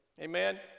Amen